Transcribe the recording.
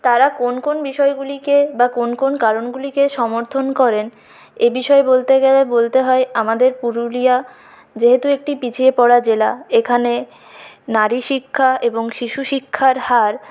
তারা কোন কোন বিষয়গুলিকে বা কোন কোন কারণগুলিকে সমর্থন করেন এ বিষয়ে বলতে গেলে বলতে হয় আমাদের পুরুলিয়া যেহেতু একটি পিছিয়ে পরা জেলা এখানে নারী শিক্ষা এবং শিশু শিক্ষার হার